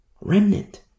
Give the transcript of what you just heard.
Remnant